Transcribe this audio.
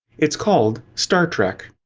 it is called star trek.